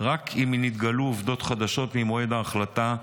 רק אם נתגלו עובדות חדשות ממועד ההחלטה,